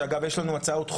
שאגב יש לנו הצעות חוק.